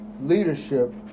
Leadership